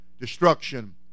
destruction